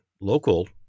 local